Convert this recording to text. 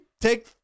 take